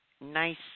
nice